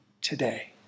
today